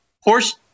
horse